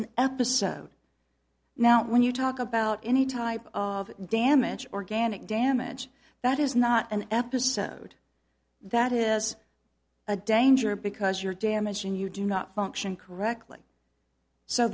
an episode now when you talk about any type of damage organic damage that is not an episode that has a danger because you're damaging you do not function correctly so